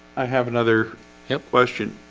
i have another question,